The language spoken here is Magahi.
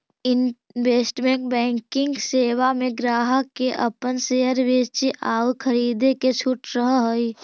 इन्वेस्टमेंट बैंकिंग सेवा में ग्राहक के अपन शेयर बेचे आउ खरीदे के छूट रहऽ हइ